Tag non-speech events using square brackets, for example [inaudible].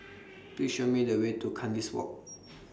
[noise] Please Show Me The Way to Kandis Walk